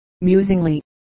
musingly